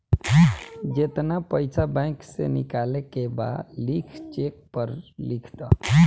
जेतना पइसा बैंक से निकाले के बा लिख चेक पर लिख द